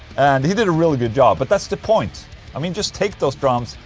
and he did a really good job, but that's the point i mean, just take those drums,